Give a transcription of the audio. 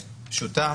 פשוטה,